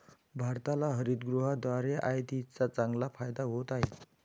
भारताला हरितगृहाद्वारे आयातीचा चांगला फायदा होत आहे